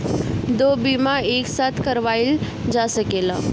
दो बीमा एक साथ करवाईल जा सकेला?